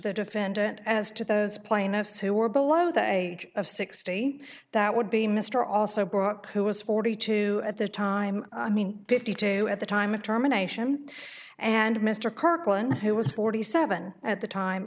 the defendant as to those plaintiffs who were below the age of sixty that would be mr also brooke who was forty two at the time i mean fifty two at the time of germination and mr kirkland who was forty seven at the time